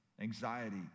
anxiety